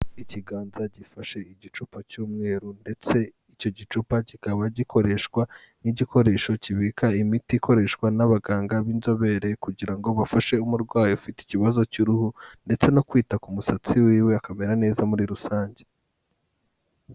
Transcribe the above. Ikiganza gifashe igicupa cy'umweru ndetse icyo gicupa cyikaba gikoreshwa nk'igikoresho cyibika imiti ikoreshwa n'abaganga b'inzobere kugira ngo bafashe umurwayi ufite ikibazo cy'uruhu ndetse no kwita ku musatsi wiwe akamera neza muri rusange.